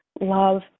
love